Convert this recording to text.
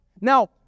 Now